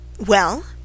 Well